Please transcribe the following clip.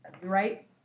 right